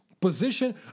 position